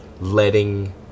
letting